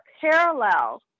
parallel